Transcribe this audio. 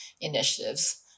initiatives